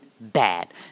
bad